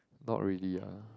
not really ah